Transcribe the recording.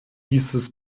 dieses